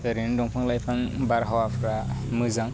ओरैनो दंफां लाइफां बारहावाफ्रा मोजां